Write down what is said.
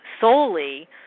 solely